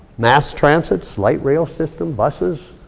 mass transits, light-rail systems, buses.